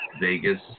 Vegas